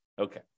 Okay